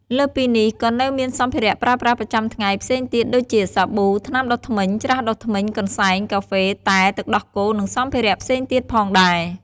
លើសពីនេះ ក៏នៅមានសម្ភារៈប្រើប្រាស់ប្រចាំថ្ងៃផ្សេងទៀតដូចជា សាប៊ូ ថ្នាំដុសធ្មេញ ច្រាសដុសធ្មេញ កន្សែង កាហ្វេ តែ ទឹកដោះគោ និងសម្ភារៈផ្សេងទៀតផងដែរ។